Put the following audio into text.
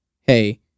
hey